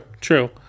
true